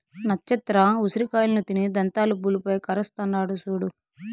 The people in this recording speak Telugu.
నచ్చత్ర ఉసిరి కాయలను తిని దంతాలు పులుపై కరస్తాండాడు సూడు